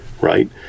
right